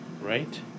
Right